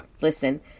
Listen